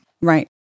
Right